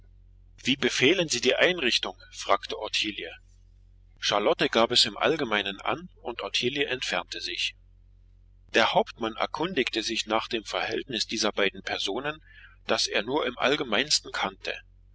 wie befehlen sie die einrichtung fragte ottilie charlotte gab es im allgemeinen an und ottilie entfernte sich der hauptmann erkundigte sich nach dem verhältnis dieser beiden personen das er nur im allgemeinsten kannte